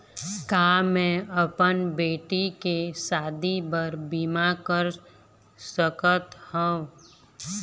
का मैं अपन बेटी के शादी बर बीमा कर सकत हव?